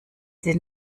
sie